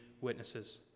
witnesses